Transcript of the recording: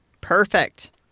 Perfect